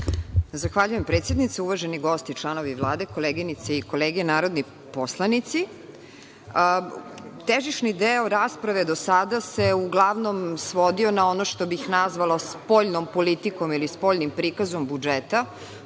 Zahvaljujem predsednice. Uvaženi gosti članovi Vlade, koleginice i kolege narodni poslanici, težišni deo rasprave do sada se uglavnom svodio na ono što bih nazvala spoljnom politikom ili spoljnim prikazom budžeta,